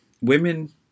women